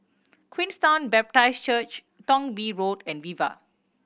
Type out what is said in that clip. Queenstown Baptist Church Thong Bee Road and Viva